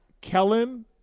Kellen